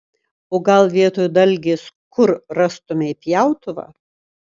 o gal vietoj dalgės kur rastumei pjautuvą